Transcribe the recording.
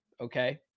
Okay